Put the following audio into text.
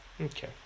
Okay